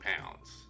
pounds